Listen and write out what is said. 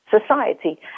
society